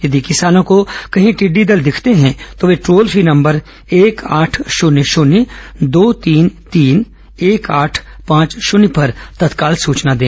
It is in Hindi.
यदि किसानों को कहीं टिड्डी दल दिखते हैं तो वे टोल फ्री नंबर एक आठ शून्य शून्य दो तीन तीन एक आठ पांच शून्य पर तत्काल सूचना दें